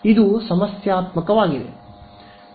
ಇದು ಸಮಸ್ಯಾತ್ಮಕವಾಗಿದೆ